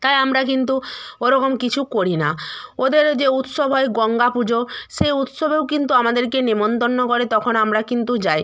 তাই আমরা কিন্তু ওরকম কিছু করি না ওদের যে উৎসব হয় গঙ্গা পুজো সেই উৎসবেও কিন্তু আমাদেরকে নেমন্তন্ন করে তখন আমরা কিন্তু যাই